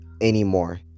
anymore